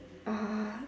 are